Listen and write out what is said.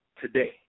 today